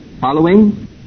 Following